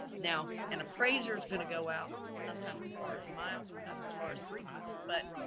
now an appraiser is going to go out sometimes as far as a mile, sometimes as far as three miles, but